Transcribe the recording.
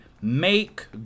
make